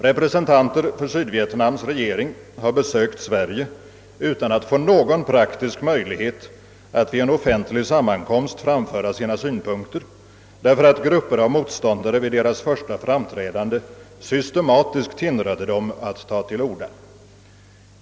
Representanter för Sydvietnams regering har besökt Sverige utan att få någon praktisk möjlighet att vid en offentlig sammankomst framföra sina synpunkter, därför att grupper av motståndare vid deras första framträdande systematiskt hindrade dem att ta till orda.